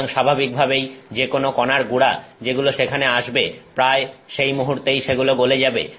সুতরাং স্বাভাবিকভাবেই যেকোনো কণার গুড়া যেগুলো সেখানে আসবে প্রায় সেই মুহূর্তেই সেগুলো গলে যাবে